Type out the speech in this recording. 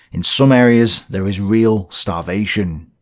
in some areas there is real starvation.